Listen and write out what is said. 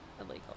illegal